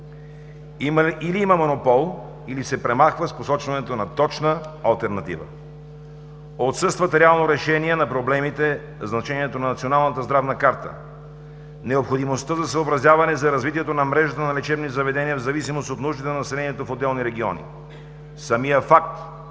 Или има монопол, или се премахва с посочването на точна алтернатива. Отсъства реално решение на проблемите: значението на Националната здравна карта, необходимостта от съобразяване на развитието на мрежата на лечебни заведения в зависимост от нуждите населението в отделни региони. Самият факт,